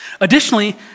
Additionally